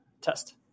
test